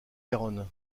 garonne